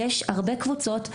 יש הרבה קבוצות,